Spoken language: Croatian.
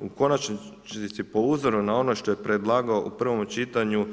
U konačnici po uzoru na ono što je predlagao u prvom čitanju